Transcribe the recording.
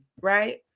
right